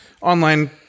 online